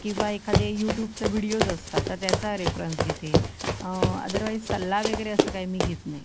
किवा एखादे यूटूबचे व्हिडिओज असतात तर त्याचा रेफ्रन्स घेते अदरवाईज सल्ला वगैरे असं काही मी घेत नाही